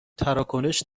تراکنش